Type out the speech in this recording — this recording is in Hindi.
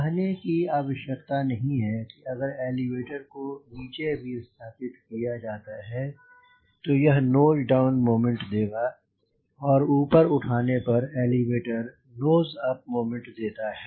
कहने की आवश्यकता नहीं है कि अगर एलीवेटर को नीचे विस्थापित किया जाता है तो यह नोज डाउन मोमेंट देगा और ऊपर उठाने पर एलीवेटर नोज अप मोमेंट देता है